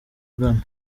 angana